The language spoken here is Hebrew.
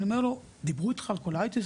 אני אומר לו: דיברו אתך על קוליטיס?